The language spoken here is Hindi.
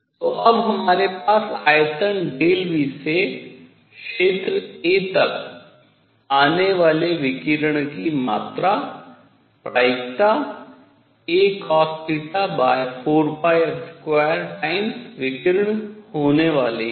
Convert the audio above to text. तो अब हमारे पास आयतन V से क्षेत्र a तक आने वाले विकिरण की मात्रा प्रायिकता a cosθ4πr2 times विकिरण होने वाली है